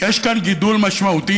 יש כאן גידול משמעותי,